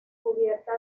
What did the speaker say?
cubierta